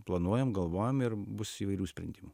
planuojam galvojam ir bus įvairių sprendimų